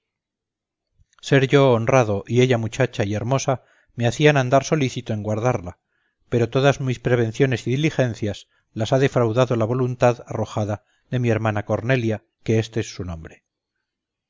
yo honrado y ella muchacha y hermosa me hacían andar solícito en guardarla pero todas mis prevenciones y diligencias las ha defraudado la voluntad arrojada de mi hermana cornelia que éste es su nombre